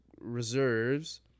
reserves